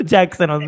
Jackson